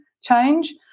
change